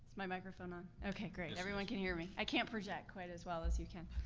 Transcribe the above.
my microphone on? okay, great, everyone can hear me. i can't project quite as well as you can.